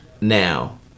Now